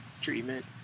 treatment